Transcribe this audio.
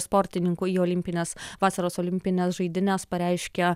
sportininkų į olimpines vasaros olimpines žaidynes pareiškė